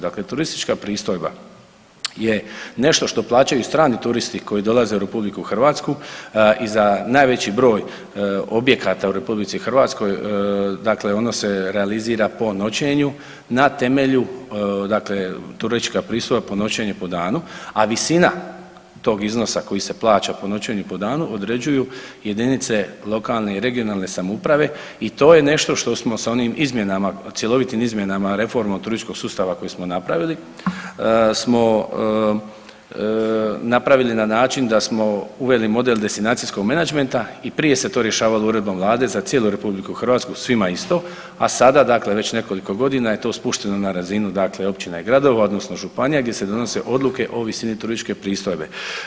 Dakle, turistička pristojba je nešto što plaćaju strani turisti u RH i za najveći broj objekata u RH dakle ona se realizira po noćenju na temelju dakle turistička pristojba po noćenju i po danu, a visina tog iznosa koji se plaća po noćenju i po danu određuju jedinice lokalne i regionalne samouprave i to je nešto što smo sa onim izmjenama, cjelovitim izmjenama reforma turističkog sustava koji smo napravili smo napravili na način da smo uveli model destinacijskog menadžmenta i prije se to rješavalo uredbom vlade za cijelu RH svima isto, a sada dakle već nekoliko godina je to spušteno na razinu dakle općina i gradova odnosno županija gdje se donose odluke o visini turističke pristojbe.